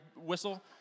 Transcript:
whistle